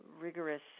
rigorous